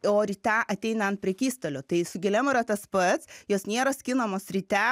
o ryte ateina ant prekystalio tai su gėlėm yra tas pats jos nėra skinamos ryte